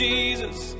Jesus